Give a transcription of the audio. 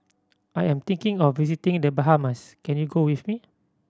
I am thinking of visiting The Bahamas can you go with me